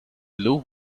blue